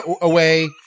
away